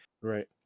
Right